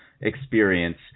experience